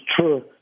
true